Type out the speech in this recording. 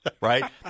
Right